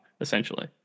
essentially